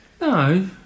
No